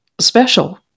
special